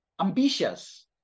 ambitious